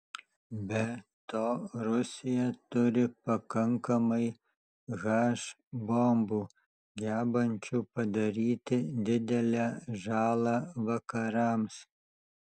be to rusija turi pakankamai h bombų gebančių padaryti didelę žalą vakarams